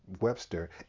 Webster